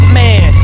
man